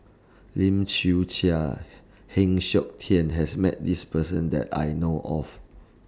Lim Chwee Chian Heng Siok Tian has Met This Person that I know of